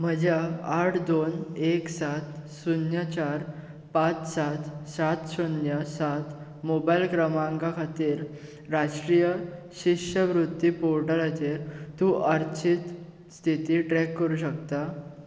म्हज्या आठ दोन एक सात शुन्य चार पांच सात सात शुन्य सात मोबायल क्रमांका खातीर राष्ट्रीय शिश्यवृत्ती पोर्टलाचेर तूं अर्चीत स्थिती ट्रॅक करूं शकता